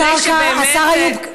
השר קרא, השר איוב,